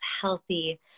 healthy